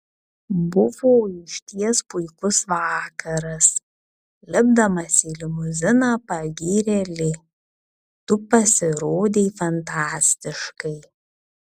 buvo išties puikus vakaras lipdamas į limuziną pagyrė li tu pasirodei fantastiškai